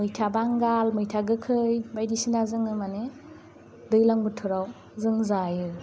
मैथा बांगाल मैथा गोखै बायदिसिना जोङो माने दैलां बोथोराव जों जायो